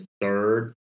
third